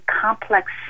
complex